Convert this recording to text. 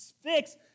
fix